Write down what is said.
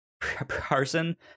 person